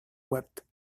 wept